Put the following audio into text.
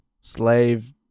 slave